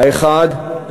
האחד,